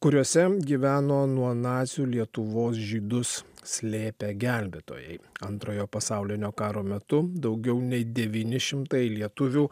kuriose gyveno nuo nacių lietuvos žydus slėpę gelbėtojai antrojo pasaulinio karo metu daugiau nei devyni šimtai lietuvių